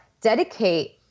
dedicate